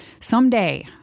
someday –